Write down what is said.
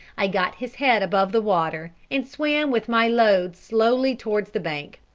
i got his head above the water, and swam with my load slowly towards the bank.